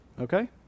Okay